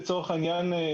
לצורך העניין,